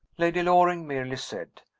lady loring merely said,